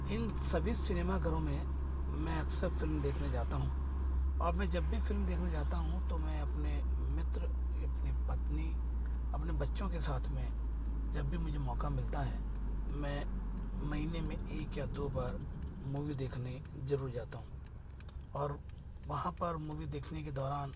इन सभी सिनेमा घरों में मैं अक्सर फिल्म देखने जाता हूँ और मैं जब भी फिल्म देखने जाता हूँ तो मैं अपने मित्र अपनी पत्नी अपने बच्चों के साथ में जब भी मुझे मौका मिलता है मैं महीने में एक या दो बार मूवी देखने जरूर जाता हूँ और वहां पर मूवी देखने के दौरान